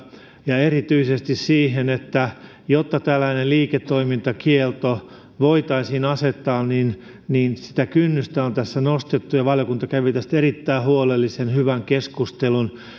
ja erityisesti siihen että jotta tällainen liiketoimintakielto voitaisiin asettaa niin niin sitä kynnystä on tässä nostettu valiokunta kävi tästä erittäin huolellisen hyvän keskustelun